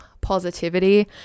positivity